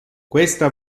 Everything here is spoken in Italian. questa